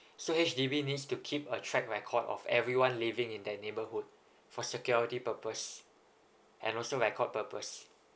so H_D_B needs to keep a track record of everyone living in that neighborhood for security purpose and also record purpose